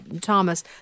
Thomas